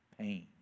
pain